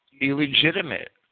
illegitimate